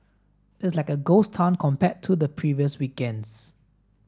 it is like a ghost town compared to the previous weekends